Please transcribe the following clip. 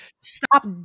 stop